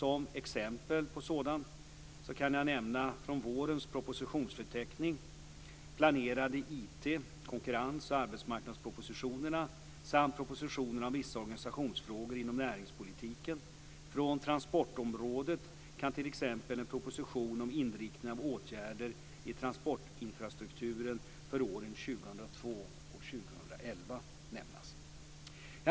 Som exempel på sådana kan från vårens propositionsförteckning nämnas de planerade IT-, konkurrens och arbetsmarknadspropositionerna samt propositionen om vissa organisationsfrågor inom näringspolitiken. Från transportområdet kan t.ex. en proposition om inriktningen av åtgärder i transportinfrastrukturen för åren 2002 2011 nämnas.